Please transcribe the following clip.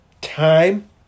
time